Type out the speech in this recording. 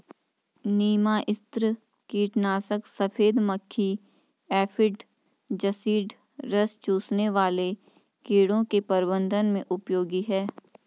नीमास्त्र कीटनाशक सफेद मक्खी एफिड जसीड रस चूसने वाले कीड़ों के प्रबंधन में उपयोगी है